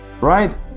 Right